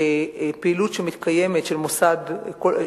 שפעילות של מוסד שמתקיימת,